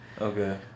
Okay